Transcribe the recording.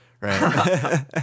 right